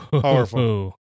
Powerful